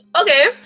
Okay